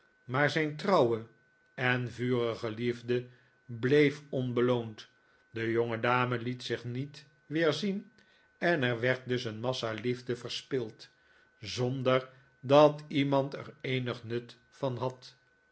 maar zijn trouwe en vurige liefde bleef onbeloond de jongedame liet zich niet weer zien en er werd dus een massa liefde verspild zonder dat iemand er eenig nut van had